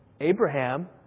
Abraham